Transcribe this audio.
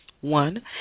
one